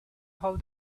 how